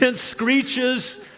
screeches